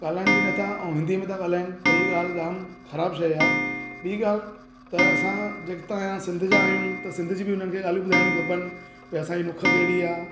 ॻाल्हाइनि बि नथां ऐं हिंदी में था ॻाल्हाइनि त इहे ॻाल्हि जाम ख़राबु शइ आहे ॿी ॻाल्हि त असां जेके तव्हां या सिंध जा आहियूं त सिंध जी बि उन्हनि खे ॻाल्हियूं ॿुधाइणियूं खपनि या असांजी नुख कहिड़ी आहे